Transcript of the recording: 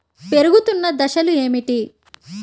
పెరుగుతున్న దశలు ఏమిటి?